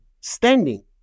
standing